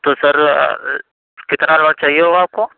تو سر کتنا لون چاہیے ہوگا آپ کو